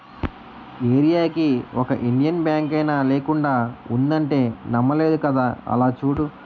ఏరీయాకి ఒక ఇండియన్ బాంకైనా లేకుండా ఉండదంటే నమ్మలేదు కదా అలా చూడు